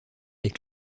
est